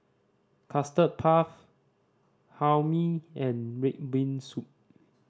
Custard Puff Hae Mee and red bean soup